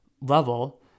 level